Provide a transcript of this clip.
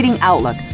Outlook